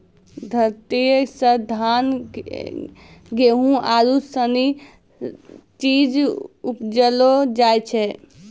धरतीये से धान, गेहूं आरु सनी चीज उपजैलो जाय छै